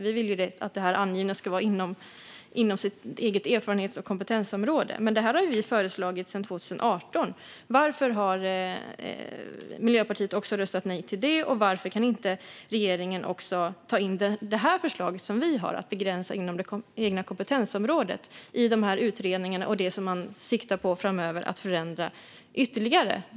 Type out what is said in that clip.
Vi vill att det angivna arbetet ska vara inom ens eget erfarenhets och kompetensområde. Det här har vi föreslagit sedan 2018. Varför har Miljöpartiet röstat nej också till det? Och varför kan inte regeringen ta in det förslag som vi har om att begränsa prövningen inom det egna kompetensområdet i de utredningar som görs och i det som man siktar på att förändra ytterligare framöver?